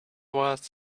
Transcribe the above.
was